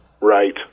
Right